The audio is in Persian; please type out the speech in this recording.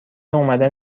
اومدن